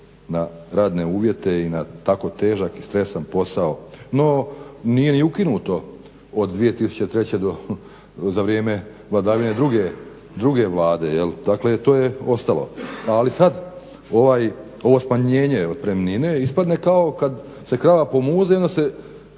na radne uvjete i na tako težak i stresan posao, no nije ni ukinuto od 2003. za vrijeme vladavine druge Vlade, dakle to je ostalo. Ali sad ovo smanjenje otpremnine ispadne kao kad se krava pomuze i onda se